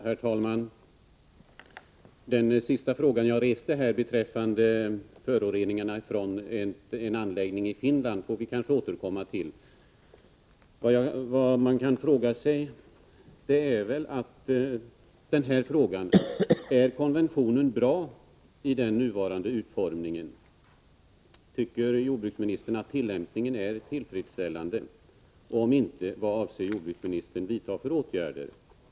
Herr talman! Den sista frågan som jag reste, beträffande föroreningarna från en anläggning i Finland, får vi kanske återkomma till. Vad man kan undra är följande: Är konventionen bra i sin nuvarande utformning? Tycker jordbruksministern att tillämpningen är tillfredsställande? Om så inte är fallet, vilka åtgärder avser jordbruksministern då att vidta?